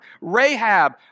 Rahab